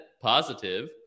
positive